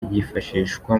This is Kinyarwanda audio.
yifashishwa